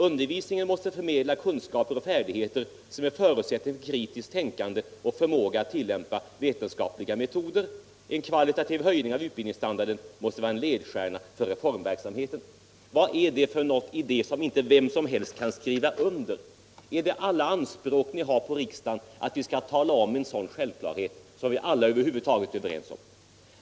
Undervisningen måste förmedla kunskaper och färdigheter som är förutsättning för kritiskt tänkande och förmåga att tillämpa vetenskapliga metoder. En kvalitativ höjning av utbildningsstandarden måste vara en ledstjärna för reformverksamheten.” Vad är det för någonting i det som inte vem som helst kan skriva under? Är det alla anspråk ni har på riksdagen, att vi skall tala om en sådan självklarhet som alla över huvud taget är överens om?